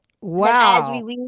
Wow